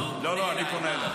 עליו.